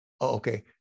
Okay